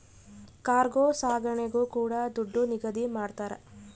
cargo ಸಾಗಣೆಗೂ ಕೂಡ ದುಡ್ಡು ನಿಗದಿ ಮಾಡ್ತರ